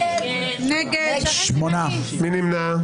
מי נמנע?